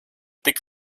tik